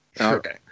Okay